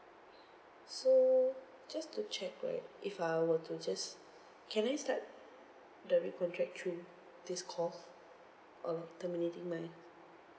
so just to check right if I were to just can I start the recontract through this call uh terminating my